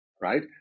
right